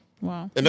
Wow